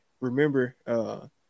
remember